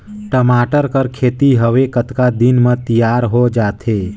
टमाटर कर खेती हवे कतका दिन म तियार हो जाथे?